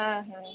ಹಾಂ